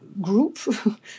group